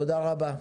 תודה רבה.